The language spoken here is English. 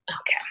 Okay